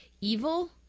evil